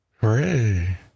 Hooray